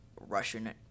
Russian